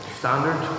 standard